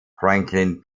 franklin